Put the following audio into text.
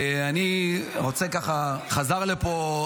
חזר לפה